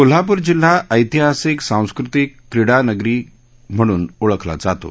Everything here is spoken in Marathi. कोल्हापूर जिल्हा ऐतिहासिक सांस्कृतिक क्रीडा कला नगरी म्हणून ओळखला जातो